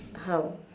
how